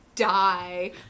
Die